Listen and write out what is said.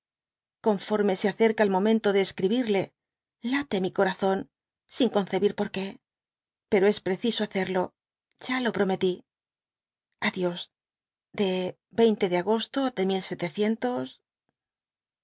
conforme se acerca el momento de escribirle late mi corazón sin concebir porqué pero es preciso hacerlo ya lo prometí a dios de de agosto de